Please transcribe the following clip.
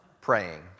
praying